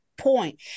Point